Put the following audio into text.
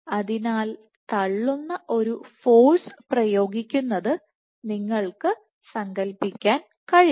അതിനാൽ തള്ളുന്ന ഒരു ഫോഴ്സ് പ്രയോഗിക്കുന്നത് നിങ്ങൾക്ക് സങ്കൽപ്പിക്കാൻ കഴിയും